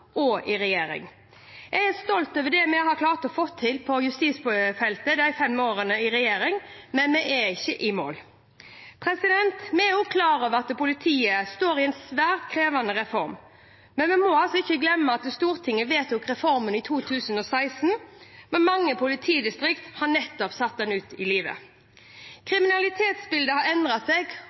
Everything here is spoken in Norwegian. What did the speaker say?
og i regjering. Jeg er stolt over det vi har klart å få til på justisfeltet de fem årene i regjering, men vi er ikke i mål. Vi er også klar over at politiet står i en svært krevende reform, men vi må ikke glemme at Stortinget vedtok reformen i 2016, og at mange politidistrikt nettopp har satt den ut i livet. Kriminalitetsbildet har endret seg,